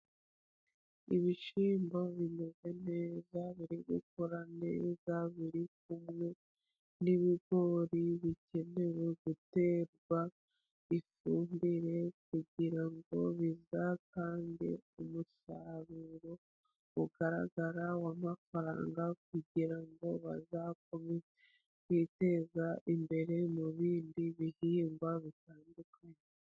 Ibishyimbo bimeze neza, bari gukura neza, biri kumwe n'ibigori bikenewe guterwa ifumbire, kugira ngo bizatange umusaruro ugaragara w'amafaranga, kugira ngo bazakomeze kwiteza imbere mu bindi bihingwa bitandukanye.